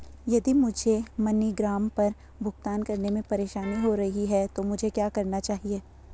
यदि मुझे मनीग्राम पर भुगतान करने में परेशानी हो रही है तो मुझे क्या करना चाहिए?